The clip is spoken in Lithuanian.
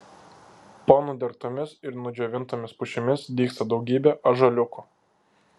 po nudergtomis ir nudžiovintomis pušimis dygsta daugybė ąžuoliukų